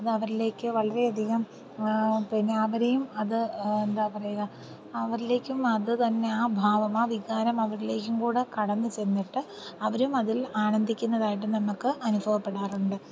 അത് അവരിലേക്ക് വളരെയധികം പിന്നെ അവരേയും അത് എന്താ പറയുക അവരിലേക്കും അത് തന്നെ ആ ഭാവം ആ വികാരം അവരിലേക്കും കൂടെ കടന്ന് ചെന്നിട്ട് അവരും അതിൽ ആനന്ദിക്കുന്നതായിട്ട് നമുക്ക് അനുഭവപ്പെടാറുണ്ട്